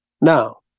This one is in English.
Now